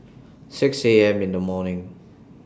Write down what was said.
six A M in The morning